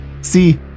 see